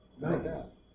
Nice